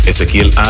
Ezequiel